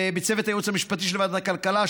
לצוות הייעוץ המשפטי של ועדת הכלכלה,